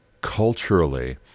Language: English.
culturally